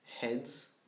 heads